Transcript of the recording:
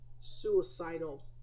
suicidal